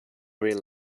real